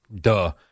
duh